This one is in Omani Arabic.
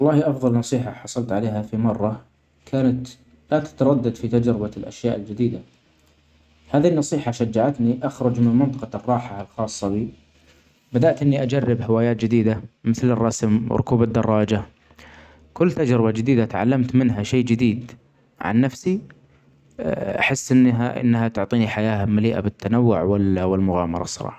والله افضل نصيحه حصلت عليها في مره كانت لا تردد في تجربه الاشياء الجديده, هذه النصيحه شجعتني اخرج من منطقه الراحه الخاصه بي ,بدأت اني اجرب هوايات جديده مثل الرسم وركوب الدراجه كل تجربه جديده تعلمت منها شئ جديد عن نفسي احس انها_أنها تعطيني حياه مليئه بالتنوع وال-والمغامره الصراحه.